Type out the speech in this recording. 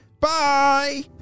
Bye